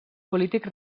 polítics